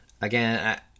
again